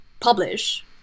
publish